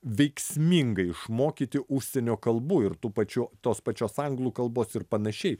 veiksmingai išmokyti užsienio kalbų ir tų pačių tos pačios anglų kalbos ir panašiai